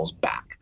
back